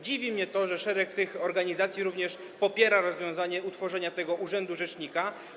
Dziwi mnie to, że szereg tych organizacji również popiera rozwiązanie dotyczące utworzenia tego urzędu rzecznika.